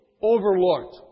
overlooked